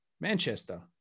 Manchester